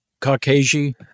Caucasian